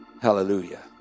Hallelujah